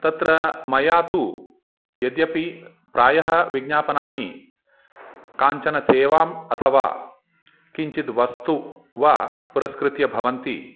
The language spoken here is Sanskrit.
तत्र मया तु यद्यपि प्रायः विज्ञापनानि काञ्चनसेवाम् अथवा किञ्चित् वस्तु वा पुरस्कृत्य भवन्ति